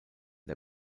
der